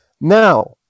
now